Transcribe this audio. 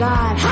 God